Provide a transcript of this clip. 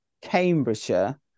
Cambridgeshire